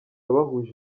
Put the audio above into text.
bahuje